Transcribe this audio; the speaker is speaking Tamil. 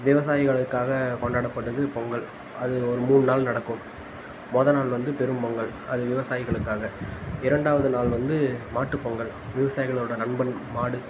விவசாயிகளுக்காக கொண்டாடப்படுது பொங்கல் அது ஒரு மூணு நாள் நடக்கும் மொதல் நாள் வந்து பெரும்பொங்கல் அது விவசாயிகளுக்காக இரண்டாவது நாள் வந்து மாட்டுப்பொங்கல் விவசாயிகளோடய நண்பன் மாடு